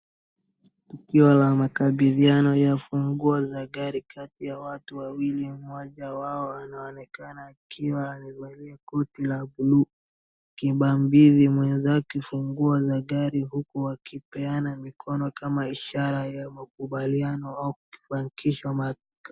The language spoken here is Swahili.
Tukio la makabiliano la funguo la gari kati ya watu wawili, mmoja wao anaonekana akiwa amevalia koti la buluu, akibambizi mwenzake ufunguo za gari huku akipeana mikono kama ishara ya makubaliano au kubarikishwa ma.